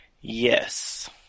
Yes